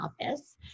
office